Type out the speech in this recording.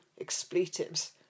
expletives